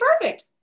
perfect